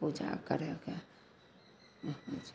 पूजा करैके